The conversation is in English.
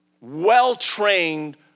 well-trained